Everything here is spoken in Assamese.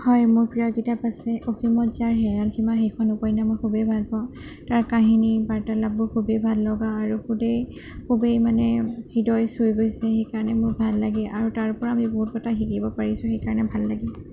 হয় মোৰ প্ৰিয় কিতাপ আছে অসীমত যাৰ হেৰাল সীমা সেইখন উপন্যাস মই খুবেই ভালপাওঁ তাৰ কাহিনী বাৰ্তালাপবোৰ খুবেই ভাললগা আৰু খুবেই খুবেই মানে হৃদয় চুই গৈছে সেইকাৰণে মোৰ ভাললাগে আৰু তাৰপৰা আমি বহুত কথা শিকিব পাৰিছোঁ সেইকাৰণে ভাললাগে